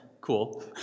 Cool